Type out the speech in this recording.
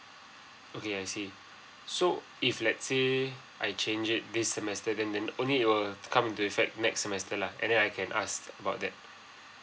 okay I see so if let's say I change it this semester then then only it will come into effect next semester lah and then I can ask about that